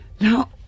Now